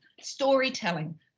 storytelling